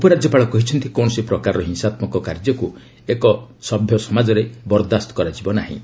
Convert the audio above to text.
ଉପରାଜ୍ୟପାଳ କହିଛନ୍ତି କୌଣସି ପ୍ରକାରର ହିଂସାତ୍କକ କାର୍ଯ୍ୟକୁ ଏକ ସଭ୍ୟସମାଜରେ ବର୍ଦ୍ଦାସ୍ତ କରାଯିବ ନାହିଁ